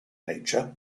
nature